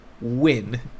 win